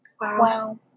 Wow